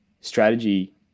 strategy